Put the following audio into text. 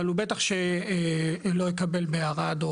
אבל הוא בטח שלא יקבל בערד,